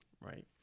right